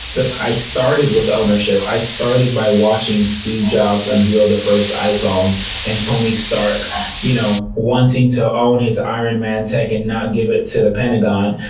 i started with ownership. i started by watching steve jobs unveil the first iphone and tony stark you know wanting to own his iron man tech and not give it to the pentagon.